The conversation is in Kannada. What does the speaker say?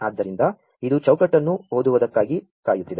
ಆದ್ದರಿಂ ದ ಇದು ಚೌ ಕಟ್ಟನ್ನು ಓದು ವು ದಕ್ಕಾ ಗಿ ಕಾ ಯು ತ್ತಿದೆ